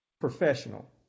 professional